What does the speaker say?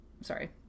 Sorry